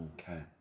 Okay